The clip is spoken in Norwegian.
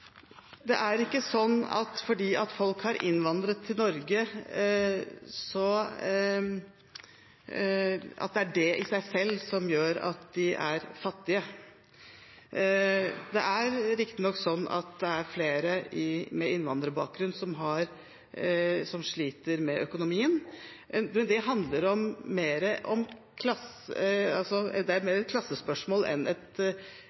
Det er ikke sånn at det at folk har innvandret til Norge, i seg selv gjør at de er fattige. Det er riktignok sånn at det er flere med innvandrerbakgrunn som sliter med økonomien, men det er mer et klassespørsmål enn et innvandringsspørsmål. Det handler bl.a. om hvordan vi klarer å få folk i arbeid. Og så mener jeg at vi i et